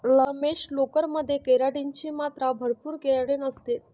रमेश, लोकर मध्ये केराटिन ची मात्रा भरपूर केराटिन असते